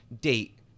date